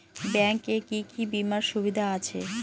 Bank এ কি কী বীমার সুবিধা আছে?